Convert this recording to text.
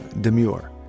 Demure